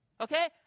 Okay